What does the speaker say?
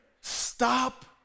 stop